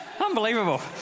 unbelievable